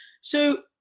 So-